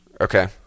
okay